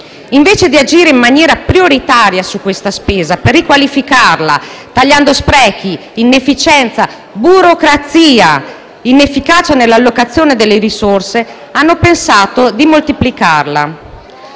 Invece di agire in maniera prioritaria su questa spesa, per riqualificarla, tagliando sprechi, inefficienza, burocrazia, inefficacia nell'allocazione delle risorse, hanno pensato di moltiplicarla.